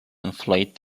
inflate